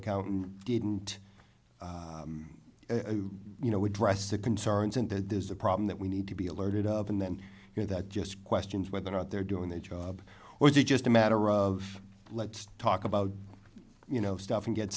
town and didn't you know address the concerns and that there is a problem that we need to be alerted of and then you know that just questions whether or not they're doing their job or is it just a matter of let's talk about you know stuff and get